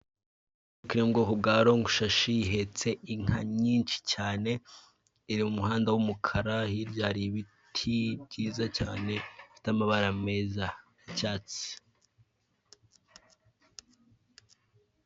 Imodoka yo mu bwoko bwa ronge sashi, ihetse inka nyinshi cyane iri mu muhanda w'umukara hirya hari ibiti byiza cyane bifite amabara meza y'icyatsi.